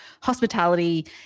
hospitality